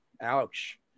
Ouch